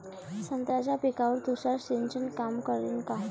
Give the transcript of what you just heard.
संत्र्याच्या पिकावर तुषार सिंचन काम करन का?